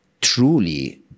truly